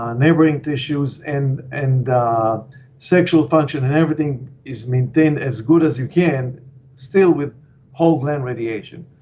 ah neighboring tissues and and sexual function and everything is maintained as good as you can still with whole gland radiation.